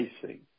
facing